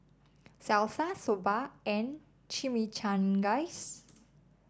Salsa Soba and Chimichangas